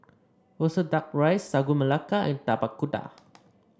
roasted duck rice Sagu Melaka and Tapak Kuda